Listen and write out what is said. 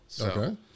okay